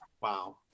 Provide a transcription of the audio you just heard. wow